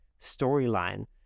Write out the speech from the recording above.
storyline